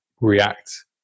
react